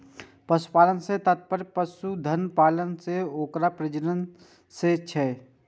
पशुपालन सं तात्पर्य पशुधन पालन आ ओकर प्रजनन सं छै